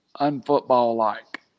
unfootball-like